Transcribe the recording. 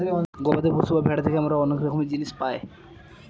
গবাদি পশু বা ভেড়া থেকে আমরা অনেক রকমের জিনিস পায়